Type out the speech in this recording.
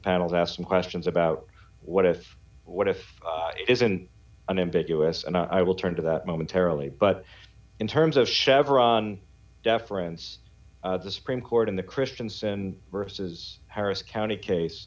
panel's asking questions about what if what if it isn't an ambiguous and i will turn to that momentarily but in terms of chevron deference the supreme court in the christensen versus harris county case